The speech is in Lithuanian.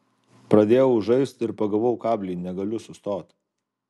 pradėjau žaist ir pagavau kablį negaliu sustot